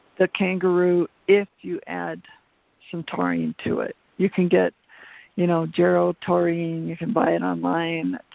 the kangaroo if you add some taurine to it. you can get you know jarrow taurine, you can buy it online.